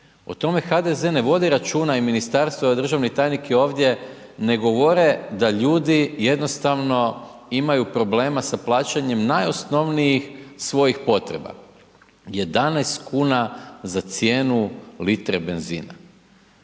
O tome HDZ ne vodi računa i ministarstvo i državni tajnik je ovdje, ne govore da ljudi jednostavno imaju problema sa plaćanjem najosnovnijih svojih potreba. 11 kn za cijenu litre benzina.